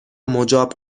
مجاب